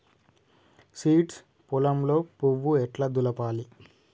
Seeds పొలంలో పువ్వు ఎట్లా దులపాలి?